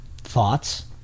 thoughts